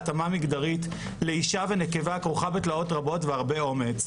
להתאמה מגדרית לאישה ונקבה כרוכה בתלאות רבות והרבה אומץ.